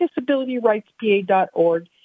disabilityrightspa.org